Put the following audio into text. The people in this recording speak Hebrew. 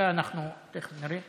סעיפים 1 3 נתקבלו.